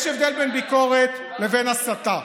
יש הבדל בין ביקורת לבין הסתה.